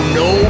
no